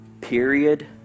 period